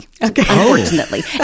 unfortunately